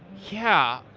yeah.